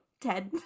Ted